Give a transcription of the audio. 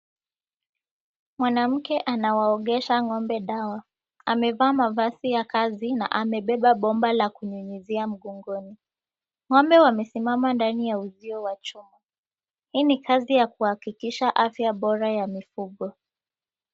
Mwanamke anawaogesha ng’ombe dawa. Amevaa mavazi ya kazi na amebeba bomba la kunyunyuzia mgongoni. Ng’ombe wamesimama ndani ya uzio wa chuma. Hii ni kazi ya kuhakikisha afya bora ya mifugo.